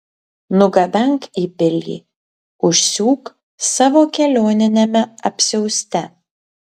nugabenk į pilį užsiūk savo kelioniniame apsiauste